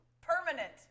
Permanent